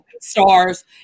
stars